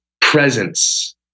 presence